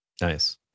Nice